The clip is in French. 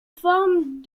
forme